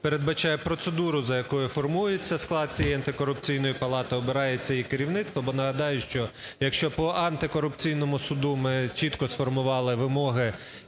передбачає процедуру, за якою формується склад цієї Антикорупційної палати, обирається її керівництво. Бо, нагадаю, що якщо по антикорупційному суду ми чітко сформували вимоги